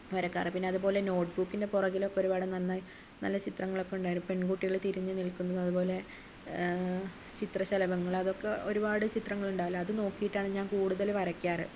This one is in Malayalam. വരയ്ക്കാറ് പിന്നെ അതുപോലെ നോട്ട്ബുക്കിന്റെ പുറകിലൊക്കെ ഒരുപാട് നന്നായി നല്ല ചിത്രങ്ങളൊക്കെ ഉണ്ടായിന് പെൺകുട്ടികൾ തിരിഞ്ഞു നിൽക്കുന്നത് അതുപോലെ ചിത്രശലഭങ്ങൾ അതൊക്കെ ഒരുപാട് ചിത്രങ്ങൾ ഉണ്ടാവില്ലേ അത് നോക്കിയിട്ടാണ് ഞാൻ കൂടുതൽ വരയ്ക്കാറ്